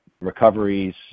recoveries